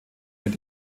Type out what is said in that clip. mit